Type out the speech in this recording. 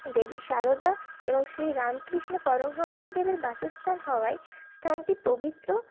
দেবী সারদা এবং শ্রী রামকৃষ্ণ পরমহংসদেবের বাসস্থান হওয়ায় স্থানটি পবিত্র